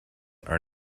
are